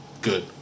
good